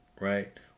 Right